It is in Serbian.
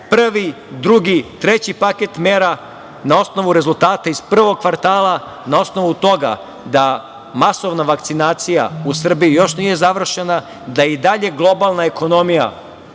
prvi, drugi i treći paket mera, na osnovu rezultata iz prvog kvartala, na osnovu toga da masovna vakcinacija u Srbiji još nije završena, da je i dalje globalna ekonomija